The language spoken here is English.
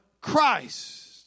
Christ